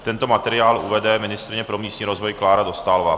Tento materiál uvede ministryně pro místní rozvoj Klára Dostálová.